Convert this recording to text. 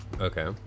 Okay